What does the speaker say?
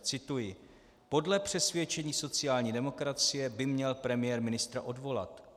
Cituji: Podle přesvědčení sociální demokracie by měl premiér ministra odvolat.